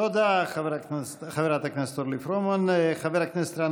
תודה, חברת הכנסת אורלי פרומן.